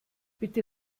bitte